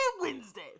wednesday